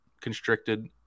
constricted